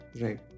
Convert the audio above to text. Right